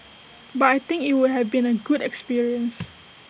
but I think IT would have been A good experience